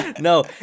no